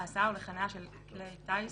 להסעה או לחנייה של כלי טיס,